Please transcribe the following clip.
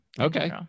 Okay